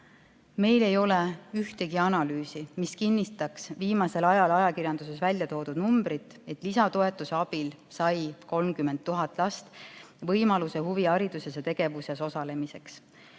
Meil ei ole ühtegi analüüsi, mis kinnitaks viimasel ajal ajakirjanduses välja toodud numbreid, et lisatoetuse abil sai 30 000 last võimaluse huvihariduses ja -tegevuses osalemiseks.